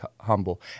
humble